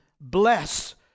bless